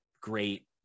great